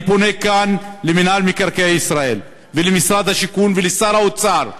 אני פונה כאן למינהל מקרקעי ישראל ולמשרד השיכון ולשר האוצר: